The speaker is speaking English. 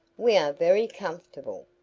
we are very comfortable.